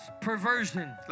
perversion